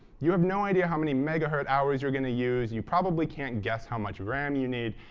you have no idea how many megahertz hours you're going to use. you probably can't guess how much ram you need.